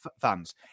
fans